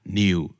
new